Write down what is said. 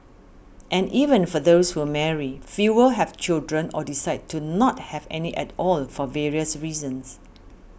and even for those who marry fewer have children or decide to not have any at all for various reasons